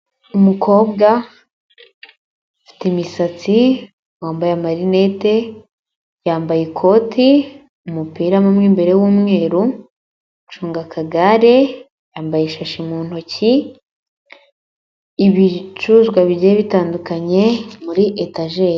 Umukobwa ufite imisatsi wambaye amarinete yambaye ikoti, umupira imbere w'umwerucunga akagare yambaye ishashi mu ntoki ibicuruzwa bigiye bitandukanye muri etage.